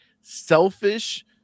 selfish